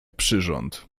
przyrząd